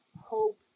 hope